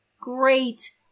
great